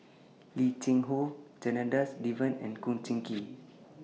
Lim Cheng Hoe Janadas Devan and Kum Chee Kin